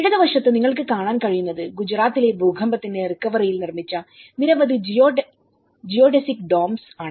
ഇടതുവശത്തു നിങ്ങൾക്ക് കാണാൻ കഴിയുന്നത് ഗുജറാത്തിലെ ഭൂകമ്പത്തിന്റെ റിക്കവറിയിൽ നിർമ്മിച്ച നിരവധി ജിയോഡെസിക് ഡോമുകൾആണ്